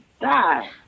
die